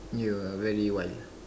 you are very wild